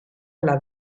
alla